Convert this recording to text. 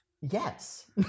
yes